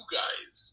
guys